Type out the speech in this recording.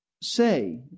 say